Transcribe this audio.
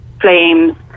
flames